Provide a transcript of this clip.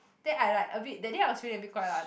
then I like a bit that day I was feeling a bit guai lan